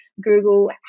Google